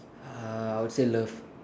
uh I would say love